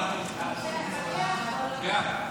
משפטי לתובע בהליך אזרחי),